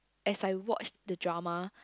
as I watched the drama